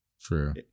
True